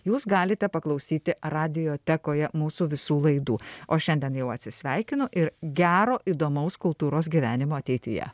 jūs galite paklausyti radiotekoje mūsų visų laidų o šiandien jau atsisveikinu ir gero įdomaus kultūros gyvenimo ateityje